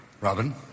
Robin